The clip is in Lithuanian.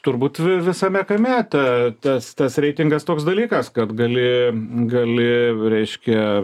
turbūt vi visame kame ta tas tas reitingas toks dalykas kad gali gali reiškia